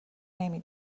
نمی